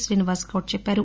శ్రీనివాస్ గౌడ్ తెలిపారు